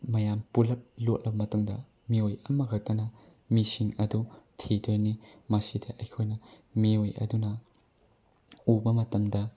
ꯃꯌꯥꯝ ꯄꯨꯂꯞ ꯂꯣꯠꯂ ꯃꯇꯨꯡꯗ ꯃꯤꯑꯣꯏ ꯑꯃꯈꯛꯇꯅ ꯃꯤꯁꯤꯡ ꯑꯗꯨ ꯊꯤꯗꯣꯏꯅꯤ ꯃꯁꯤꯗ ꯑꯩꯈꯣꯏꯅ ꯃꯤꯑꯣꯏ ꯑꯗꯨꯅ ꯎꯕ ꯃꯇꯝꯗ